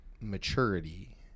maturity